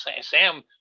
sam